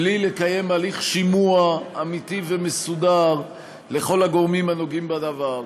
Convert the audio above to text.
בלי לקיים הליך שימוע אמיתי ומסודר לכל הגורמים הנוגעים בדבר,